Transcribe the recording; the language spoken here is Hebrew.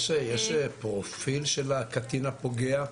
סגן שרת החינוך מאיר יצחק הלוי: יש פרופיל של הקטין הפוגע?